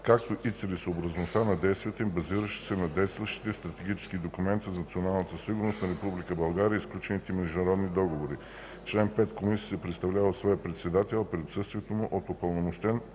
както и целесъобразността на действията им, базиращи се на действащите стратегически документи за националната сигурност на Република България и сключените международни договори. Чл. 5. Комисията се представлява от своя председател, а при отсъствието му – от упълномощен